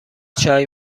چای